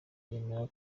yemera